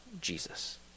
Jesus